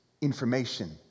information